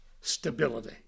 stability